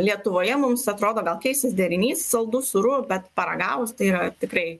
lietuvoje mums atrodo gal keistas derinys saldu sūru bet paragavus tai yra tikrai